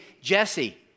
Jesse